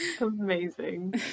Amazing